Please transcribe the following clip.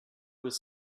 was